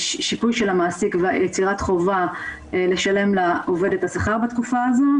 שיפוי של המעסיק ויצירת חובה לשלם לעובד את השכר בתקופה הזאת,